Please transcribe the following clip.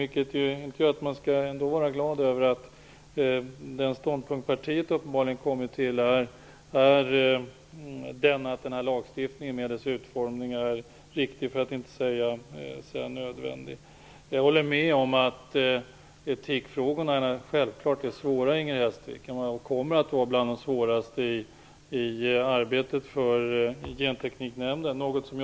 Jag tycker ändå att vi skall vara glada över att den ståndpunkten partiet uppenbarligen har kommit fram till är att denna lagstiftning med dess utformning är riktig, för att inte säga nödvändig. Jag håller med om att etikfrågorna är svåra. De kommer att vara bland det svåraste i Gentekniknämndens arbete.